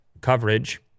coverage